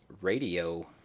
radio